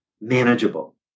manageable